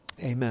Amen